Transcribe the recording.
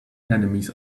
enemies